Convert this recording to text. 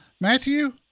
Matthew